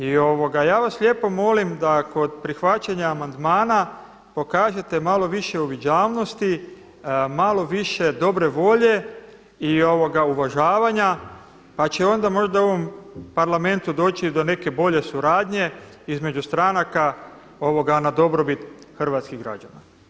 I ja vas lijepo molim da kod prihvaćanja amandmana pokažete malo više uviđavnosti, malo više dobre volje i uvažavanja pa će onda u ovom Parlamentu doći i do neke bolje suradnje između stranaka na dobrobit hrvatskih građana.